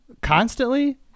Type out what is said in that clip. Constantly